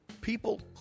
people